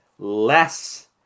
less